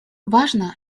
важно